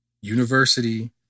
university